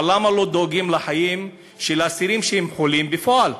אז למה לא דואגים לחיים של האסירים שהם חולים בפועל?